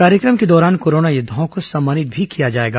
कार्यक्रम के दौरान कोरोना योद्धाओं को सम्मानित भी किया जाएगा